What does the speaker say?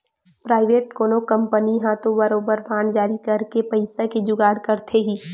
private कोनो company ह तो बरोबर बांड जारी करके पइसा के जुगाड़ करथे ही